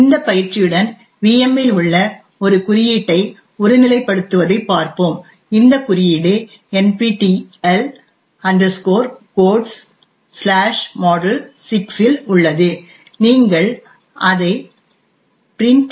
இந்த பயிற்சியுடன் VM இல் உள்ள ஒரு குறியீட்டை ஒருநிலைப்படுத்துவதை பார்ப்போம் இந்த குறியீடு NPTEL Codes module6 இல் உள்ளது நீங்கள் அதை print3a